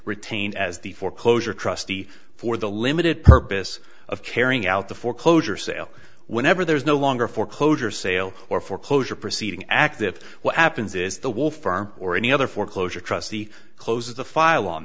retained as the foreclosure trustee for the limited purpose of carrying out the foreclosure sale whenever there is no longer a foreclosure sale or foreclosure proceeding active what happens is the wolf farm or any other foreclosure trustee closes the file on